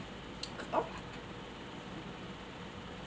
orh